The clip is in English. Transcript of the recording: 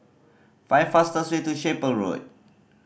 find fastest way to Chapel Road